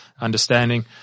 understanding